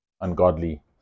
ungodly